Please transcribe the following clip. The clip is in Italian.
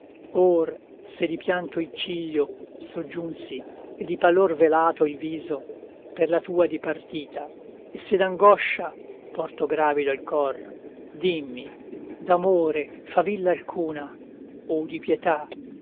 se di pianto il ciglio soggiunsi e di pallor velato il viso per la tua dipartita e se d'angoscia porto gravido il cor dimmi d'amore favilla alcuna o di pietà